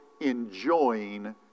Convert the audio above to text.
enjoying